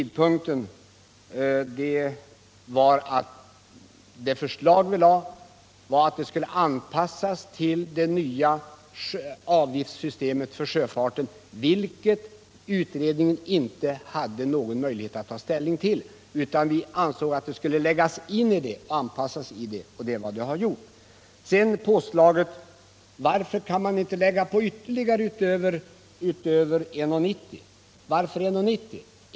Det förslag vi framlade skulle anpassas till det nya avgiftssystemet för sjöfarten, vilket utredningen inte hade någon möjlighet att ta ställning till. Vi ansåg att förslaget skulle anpassas till avgiftssystemet, vilket också har skett. Varför kan man inte lägga på ytterligare utöver 1:90 kr.? Varför skall det vara just 1:90?